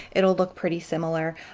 it'll look pretty similar,